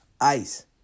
ICE